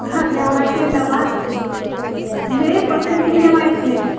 हां जेवणाची डबा मेस असेल की नाही माहीत नाही